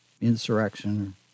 insurrection